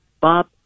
Bob